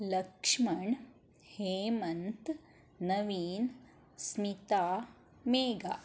ಲಕ್ಷ್ಮಣ್ ಹೇಮಂತ್ ನವೀನ್ ಸ್ಮಿತಾ ಮೇಗ